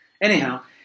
Anyhow